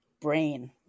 brain